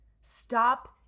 Stop